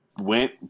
went